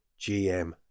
GM